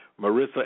Marissa